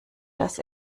dass